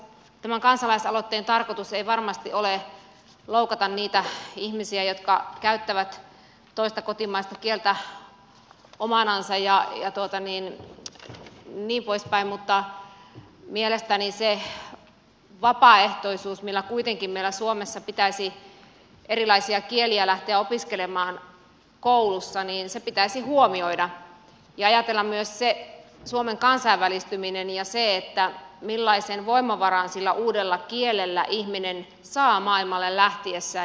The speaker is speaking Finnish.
tämän kansalaisaloitteen tarkoitus ei varmasti ole loukata niitä ihmisiä jotka käyttävät toista kotimaista kieltä omanansa ja niin poispäin mutta mielestäni se vapaaehtoisuus millä kuitenkin meillä suomessa pitäisi erilaisia kieliä lähteä opiskelemaan koulussa pitäisi huomioida ja ajatella myös suomen kansainvälistymistä ja sitä millaisen voimavaran sillä uudella kielellä ihminen saa maailmalle lähtiessään